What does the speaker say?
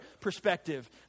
perspective